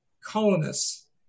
colonists